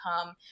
come